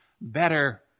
better